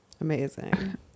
Amazing